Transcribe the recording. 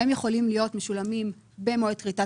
שהם יכולים להיות משולמים במועד כריתת